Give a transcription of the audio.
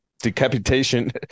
decapitation